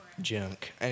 Junk